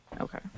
Okay